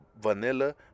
vanilla